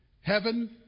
heaven